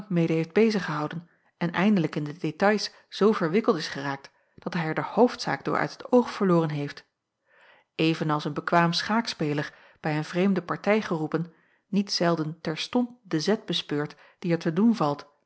mede heeft bezig gehouden en eindelijk in de détails zoo verwikkeld is geraakt dat hij er de hoofdzaak door uit het oog verloren heeft even als een bekwaam schaakspeler bij een vreemde partij geroepen niet zelden terstond den zet bespeurt die er te doen valt